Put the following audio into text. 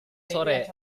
sore